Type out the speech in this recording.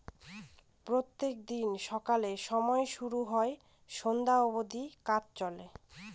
প্রত্যেক দিন সকালের সময় শুরু হয় সন্ধ্যা অব্দি কাজ চলে